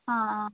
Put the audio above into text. ആ ആ